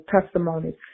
testimonies